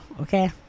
okay